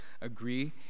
agree